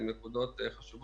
הן נקודות חשובות.